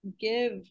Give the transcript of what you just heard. give